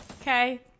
Okay